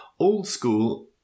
oldschool